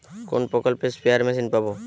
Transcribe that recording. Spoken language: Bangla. কোন প্রকল্পে স্পেয়ার মেশিন পাব?